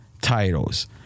titles